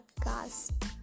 podcast